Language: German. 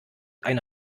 eine